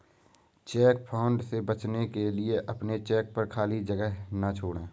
check fraud से बचने के लिए अपने चेक पर खाली जगह ना छोड़ें